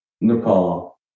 Nepal